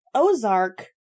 Ozark